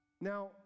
Now